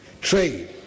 trade